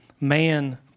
man